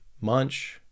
Munch